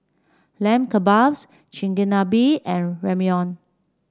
Lamb Kebabs Chigenabe and Ramyeon